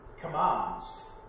commands